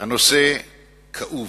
הנושא כאוב.